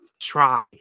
try